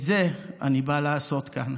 את זה אני בא לעשות כאן.